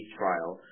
trial